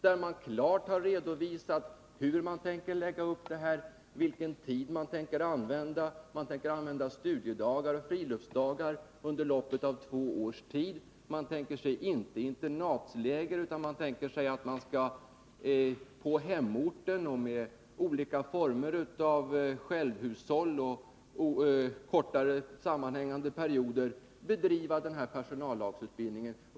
Man har klart redovisat hur man tänker lägga upp försöksverksamheten. Man tänker anordna utbildningen under studiedagar och friluftsdagar under besked när det gäller de små skolorna. Han sade ingenting om att vi skall vara loppet av två års tid. Man tänker sig inte internat, utan man tänker sig att man på hemorten och med olika former av självhushåll under kortare sammanhängande perioder skall bedriva den här personallagsutbildningen.